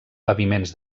paviments